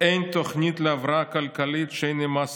"אין תוכנית להבראה כלכלית שאין עימה סיכונים.